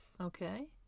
Okay